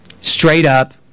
straight-up